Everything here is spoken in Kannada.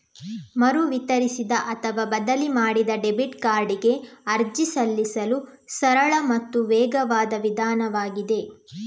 ಮರು ವಿತರಿಸಿದ ಅಥವಾ ಬದಲಿ ಮಾಡಿದ ಡೆಬಿಟ್ ಕಾರ್ಡಿಗೆ ಅರ್ಜಿ ಸಲ್ಲಿಸಲು ಸರಳ ಮತ್ತು ವೇಗವಾದ ವಿಧಾನವಾಗಿದೆ